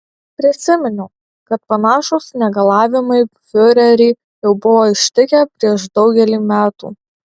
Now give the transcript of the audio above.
prisiminiau kad panašūs negalavimai fiurerį jau buvo ištikę prieš daugelį metų